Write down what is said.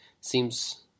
seems